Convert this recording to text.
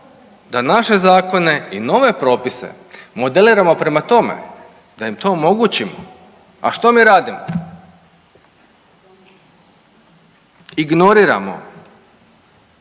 da naše zakone i nove propise modeliramo prema tome, da im to omogućimo, a što mi radimo, ignoriramo